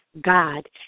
God